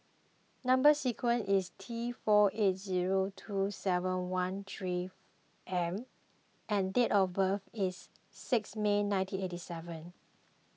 Number Sequence is T four eight zero two seven one three M and date of birth is sixth May nineteen eighty seven